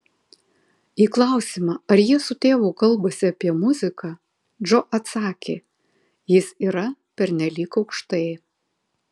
į klausimą ar jie su tėvu kalbasi apie muziką džo atsakė jis yra pernelyg aukštai